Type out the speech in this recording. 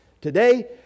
Today